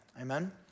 Amen